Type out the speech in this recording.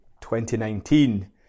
2019